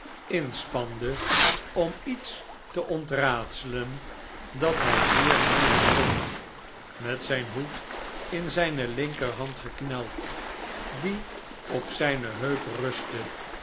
inspande om iets te ontraadselen dat hij zeer moeielijk vond met zijn hoed in zijne linkerhand gekneld die op zijne heup rustte